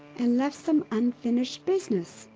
and left some unfinished business.